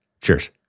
Cheers